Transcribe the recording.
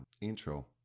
intro